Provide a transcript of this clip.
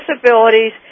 Disabilities